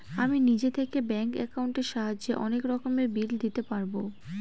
আমি নিজে থেকে ব্যাঙ্ক একাউন্টের সাহায্যে অনেক রকমের বিল দিতে পারবো